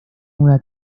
una